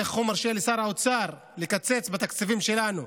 איך הוא מרשה לשר האוצר לקצץ בתקציבים שלנו?